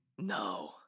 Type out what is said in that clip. No